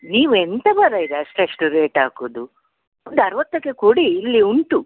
ನೀವೆಂಥ ಮಾರಾಯ್ರೇ ಅಷ್ಟಷ್ಟು ರೇಟ್ ಹಾಕುದು ಒಂದು ಅರುವತ್ತಕ್ಕೆ ಕೊಡಿ ಇಲ್ಲಿ ಉಂಟು